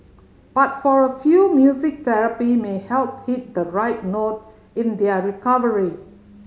but for a few music therapy may help hit the right note in their recovery